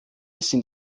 sind